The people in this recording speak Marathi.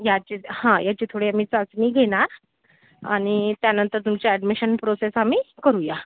ह्याची हा ह्याची थोडी आम्ही चाचणी घेणार आणि त्यानंतर तुमच्या ॲडमिशन प्रोसेस आम्ही करूया